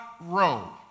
row